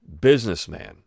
businessman